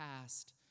past